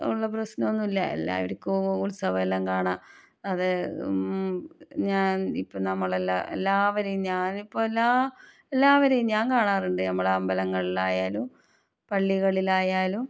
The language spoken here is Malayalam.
ഉള്ള പ്രശ്നമൊന്നുമില്ല എല്ലാവർക്കും ഉത്സവമെല്ലാം കാണാം അതെ ഞാൻ ഇപ്പം നമ്മൾ എല്ലാം എല്ലാവരെയും ഞാൻ ഇപ്പം എല്ലാ എല്ലാവരെയും ഞാൻ കാണാറുണ്ട് ഞമ്മളെ അമ്പലങ്ങളിലായാലും പള്ളികളിലായാലും